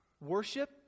Worship